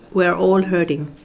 we are all hurting.